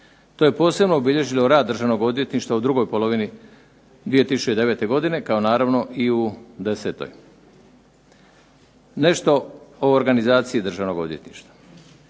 To je posebno obilježilo rad Državnog odvjetništva u drugoj polovini 2009. godine kao naravno i u 2010. Nešto o organizaciji Državnog odvjetništva.